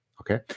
Okay